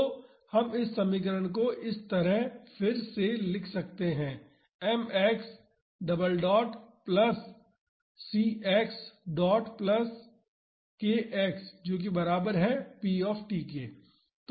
तो हम इस समीकरण को इस तरह फिर से लिख सकते हैं m x double dot plus c x dot plus k x जो की बराबर है p के